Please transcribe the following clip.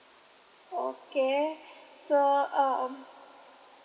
okay so um